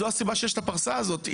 זו הסיבה שיש את הפרסה הזאת.